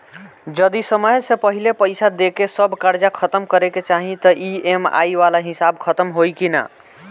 जदी समय से पहिले पईसा देके सब कर्जा खतम करे के चाही त ई.एम.आई वाला हिसाब खतम होइकी ना?